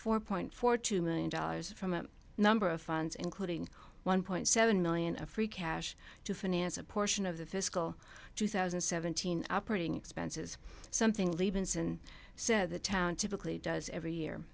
four point four two million dollars from a number of fronts including one point seven million of free cash to finance a portion of the fiscal two thousand and seventeen operating expenses something leave enson said the town typically does every year